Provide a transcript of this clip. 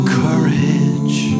courage